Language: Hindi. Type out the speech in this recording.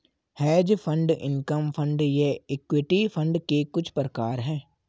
हेज फण्ड इनकम फण्ड ये इक्विटी फंड के कुछ प्रकार हैं